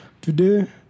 Today